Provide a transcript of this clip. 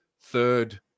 third